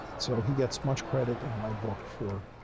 so, he gets much credit in my book for,